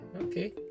Okay